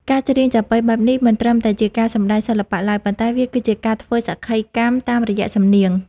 ការច្រៀងចាប៉ីបែបនេះមិនត្រឹមតែជាការសម្តែងសិល្បៈឡើយ ប៉ុន្តែវាគឺជាការធ្វើសក្ខីកម្មតាមរយ:សំនៀង។